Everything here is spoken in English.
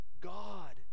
God